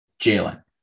Jalen